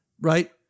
right